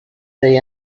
they